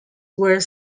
were